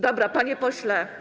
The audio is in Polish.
Dobra, panie pośle.